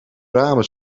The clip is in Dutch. ramen